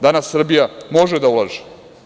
Danas Srbija može da ulaže.